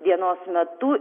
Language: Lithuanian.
dienos metu šils